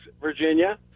Virginia